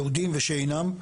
יהודים ושאינם.